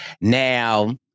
Now